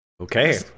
Okay